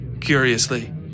Curiously